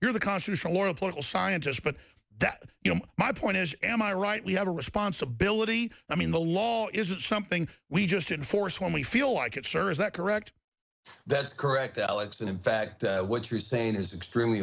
you're the constitutional or a political scientist but that you know my point is am i right we have a responsibility i mean the law isn't something we just should force when we feel like it sure is that correct that's correct alex and in fact what you're saying is extremely